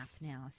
now